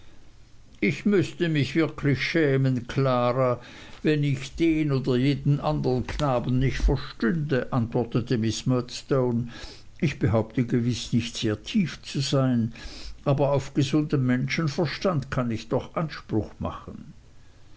ich müßte mich wirklich schämen klara wenn ich den oder jeden andern knaben nicht verstünde antwortete miß murdstone ich behaupte gewiß nicht sehr tief zu sein aber auf gesunden menschenverstand kann ich doch anspruch machen